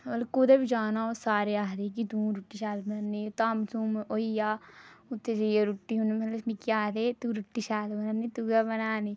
ते कुदै बी जाना होऐ सारे आखदे तू रुट्टी शैल बनान्नी धाम होई जा ते उत्थें जाइयै ओह् मिगी आक्खदे रुट्टी शैल बनानी